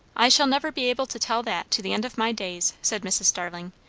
i shall never be able to tell that, to the end of my days, said mrs. starling.